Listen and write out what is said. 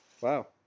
Wow